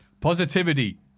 Positivity